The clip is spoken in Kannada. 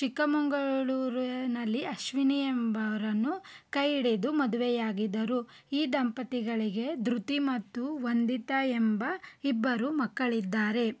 ಚಿಕ್ಕಮಗಳೂರಿನಲ್ಲಿ ಅಶ್ವಿನಿ ಎಂಬುವರನ್ನು ಕೈ ಹಿಡಿದು ಮದುವೆಯಾಗಿದ್ದರು ಈ ದಂಪತಿಗಳಿಗೆ ಧೃತಿ ಮತ್ತು ವಂದಿತಾ ಎಂಬ ಇಬ್ಬರು ಮಕ್ಕಳಿದ್ದಾರೆ